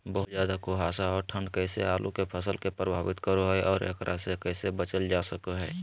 बहुत ज्यादा कुहासा और ठंड कैसे आलु के फसल के प्रभावित करो है और एकरा से कैसे बचल जा सको है?